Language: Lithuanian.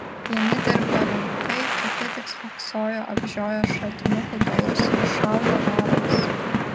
vieni dirbo rimtai kiti tik spoksojo apžioję šratinukų galus ir šaudė varnas